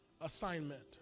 assignment